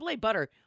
butter